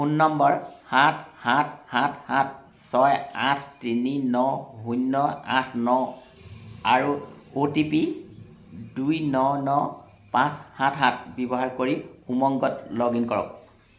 phone number সাত সাত সাত সাত ছয় আঠ তিনি ন শূন্য আঠ ন আৰু অ'টিপি দুই ন ন পাঁচ সাত সাত ব্যৱহাৰ কৰি উমংগত লগ ইন কৰক